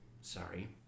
Sorry